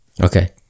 Okay